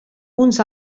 uns